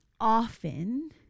often